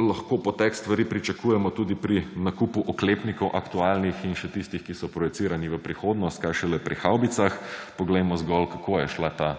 lahko potek stvari pričakujemo tudi pri nakupu oklepnikov aktualnih in še tistih, ki so projicirani v prihodnost, kaj šele pri havbicah. Poglejmo zgolj, kako je šla ta